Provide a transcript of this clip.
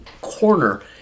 corner